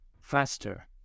faster